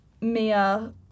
Mia